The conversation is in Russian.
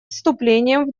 вступлением